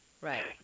right